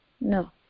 No